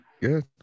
Good